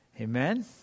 Amen